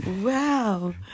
Wow